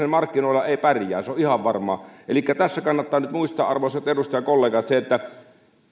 niin markkinoilla ei pärjää se on ihan varmaa elikkä tässä kannattaa nyt muistaa arvoisat edustajakollegat se että